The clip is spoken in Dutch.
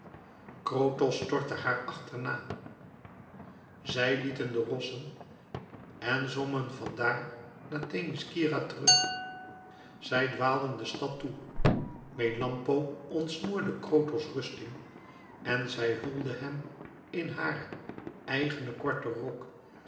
krotos stortte haar achterna zij lieten de rossen en zwommen van daar naar themiskyra terug zij dwaalden de stad toe melampo ontsnoerde krotos rusting en zij hulde hem in haren eigenen korten rok